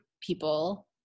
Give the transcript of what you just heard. people